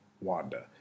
Wanda